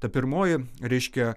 ta pirmoji reiškia